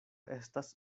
estas